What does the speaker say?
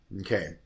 Okay